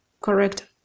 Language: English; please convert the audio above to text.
correct